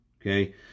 Okay